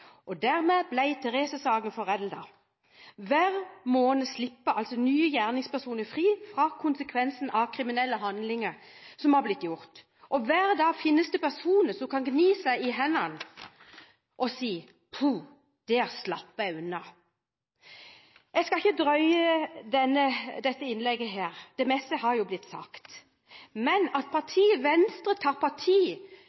regjeringen. Dermed ble Therese-saken foreldet. Hver måned slipper altså nye gjerningspersoner fri fra konsekvensen av kriminelle handlinger som er blitt begått, og hver dag finnes det personer som kan gni seg i hendene og si: Der slapp jeg unna. Jeg skal ikke drøye dette innlegget. Det meste har jo blitt sagt. Men at